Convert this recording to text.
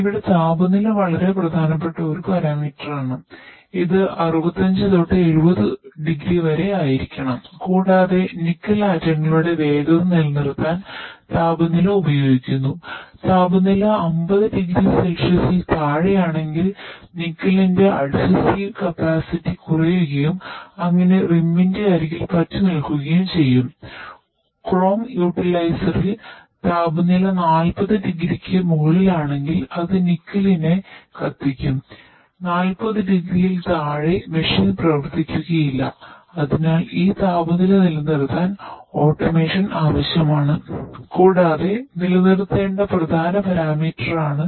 ഇവിടെ താപനില വളരെ പ്രധാനപ്പെട്ട ഒരു പാരാമീറ്ററാണ്